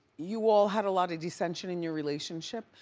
you all had a lot of dissension in your relationship,